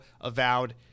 Avowed